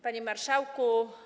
Panie Marszałku!